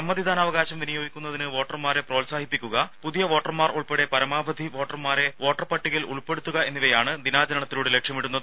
സമ്മതിദാനാവകാശം വിനിയോഗിക്കുന്നതിന് വോട്ടർമാരെ പ്രോത്സാഹിപ്പിക്കുക പുതിയ വോട്ടർമാർ ഉൾപ്പെടെ പരമാവധി വോട്ടർമാരെ വോട്ടർപ്പട്ടികയിൽ ഉൾപ്പെടുത്തുക എന്നിവയാണ് ദിനാചരണത്തിലൂടെ ലക്ഷ്യമിടുന്നത്